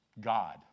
God